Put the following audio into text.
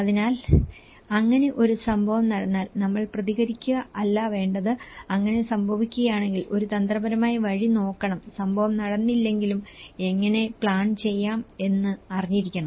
അതിനാൽ അങ്ങനെ ഒരു സംഭവം നടന്നാൽ നമ്മൾ പ്രതികരിക്കുക അല്ല വേണ്ടത് അങ്ങനെ സംഭവിക്കുകയാണെങ്കിൽ ഒരു തന്ത്രപരമായ വഴി നോക്കണം സംഭവം നടന്നില്ലെങ്കിലും എങ്ങനെ പ്ലാൻ ചെയ്യാം എന്ന് അറിഞ്ഞിരിക്കണം